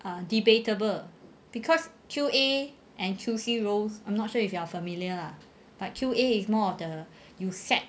ah debatable because Q_A and Q_C roles I'm not sure if you are familiar lah but Q_A is more of the you set